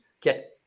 get